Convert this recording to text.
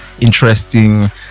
interesting